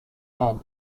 and